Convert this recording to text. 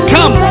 Come